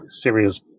serious